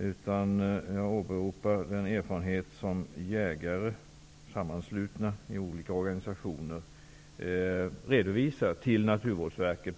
utan jag åberopar den erfarenhet som jägare, sammanslutna i olika organisationer, redovisar för bl.a. Naturvårdsverket.